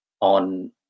on